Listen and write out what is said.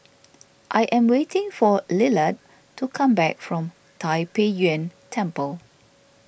I am waiting for Lillard to come back from Tai Pei Yuen Temple